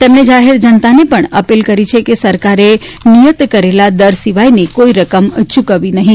તેમણે જાહેર જનતાને પણ અપીલ કરી છે કે સરકારે નિયત કરેલા દર સિવાયની કોઇ રકમ ચુકવવી નહીં